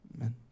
Amen